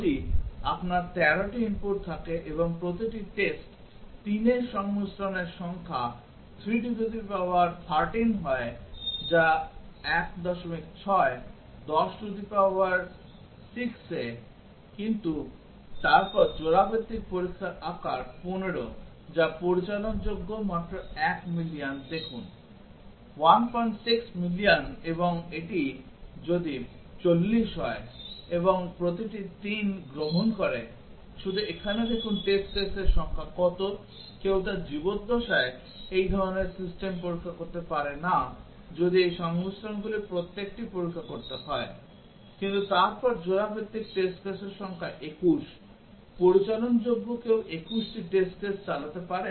যদি আপনার 13 টি input থাকে এবং প্রতিটি টেস্ট 3 এর সংমিশ্রণের সংখ্যা 3 টু দি পাওয়ার 13 হয় যা 16 10 টু দি পাওয়ার 6 এ কিন্তু তারপর জোড়া ভিত্তিক পরীক্ষার আকার 15 যা পরিচালনাযোগ্য মাত্র মিলিয়ন দেখুন 16 মিলিয়ন এবং যদি এটি 40 হয় এবং প্রতিটি 3 গ্রহণ করে শুধু এখানে দেখুন টেস্ট কেসের সংখ্যা কত কেউ তার জীবদ্দশায় এই ধরনের সিস্টেম পরীক্ষা করতে পারে না যদি এই সংমিশ্রণগুলির প্রত্যেকটি পরীক্ষা করতে হয় কিন্তু তারপর জোড়া ভিত্তিক টেস্ট কেসের সংখ্যা 21 পরিচালনাযোগ্য কেউ 21 টি টেস্ট কেস চালাতে পারে